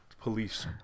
police